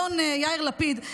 אדון יאיר לפיד,